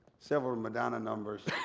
several and madonna numbers.